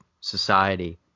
society